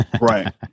Right